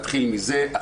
נתחיל מזה,